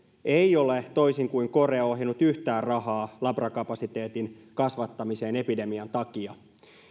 ei ole toisin kuin korea ohjannut yhtään rahaa labrakapasiteetin kasvattamiseen epidemian takia